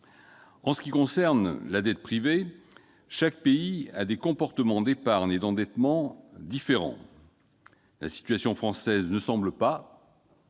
En ce qui concerne la dette privée, chaque pays a des comportements d'épargne et d'endettement spécifiques. La situation française ne semble pas,